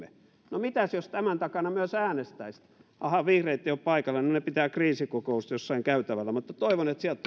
no mitäs jos tämän takana myös äänestäisi aha vihreitä ei ole paikalla ne pitävät kriisikokousta jossain käytävällä mutta toivon että sieltä